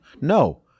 No